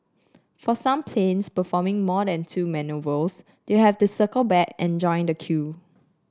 for some planes performing more than two manoeuvres they have to circle back and join the queue